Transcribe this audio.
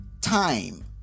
time